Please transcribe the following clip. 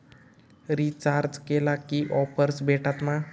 Recharge केला की offers भेटात मा?